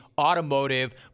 Automotive